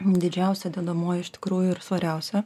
didžiausia dedamoji iš tikrųjų ir svariausia